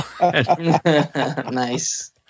Nice